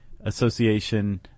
Association